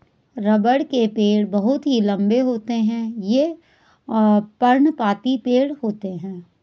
रबड़ के पेड़ बहुत ही लंबे होते हैं ये पर्णपाती पेड़ होते है